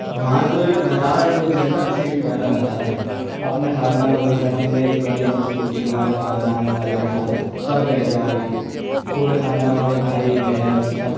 وہاں جو ایک نظارہ ہے وہ جنت سے بھی پیارا نظارہ ہے اپنے خاندان والوں کے ساتھ ہم نے ایک بڑی بس کی تھی ہمارے خاندان والے ہمارے سب گئے تھے ہماری پورے خاندان ہمارے بھائی بہن سب